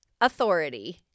authority